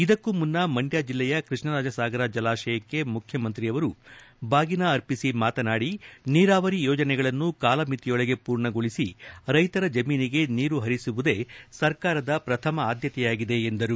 ಇದಕ್ಕೂ ಮುನ್ನ ಮಂಡ್ದ ಜಿಲ್ಲೆಯ ಕೃಷ್ಣರಾಜ ಸಾಗರ ಜಲಾಶಯಕ್ಕೆ ಮುಖ್ಯಮಂತ್ರಿಯವರು ಬಾಗಿನ ಅರ್ಪಿಸಿ ಮಾತನಾಡಿ ನೀರಾವರಿ ಯೋಜನೆಗಳನ್ನು ಕಾಲಮಿತಿಯೊಳಗೆ ಪೂರ್ಣಗೊಳಿಸಿ ರೈತರ ಜಮೀನಿಗೆ ನೀರು ಪರಿಸುವುದೇ ಸರ್ಕಾರದ ಪ್ರಥಮ ಆದ್ದತೆಯಾಗಿದೆ ಎಂದರು